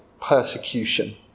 persecution